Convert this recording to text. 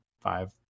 five